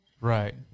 Right